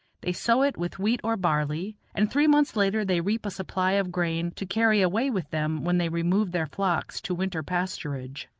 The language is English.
they sow it with wheat or barley, and three months later they reap a supply of grain to carry away with them when they remove their flocks to winter pasturage.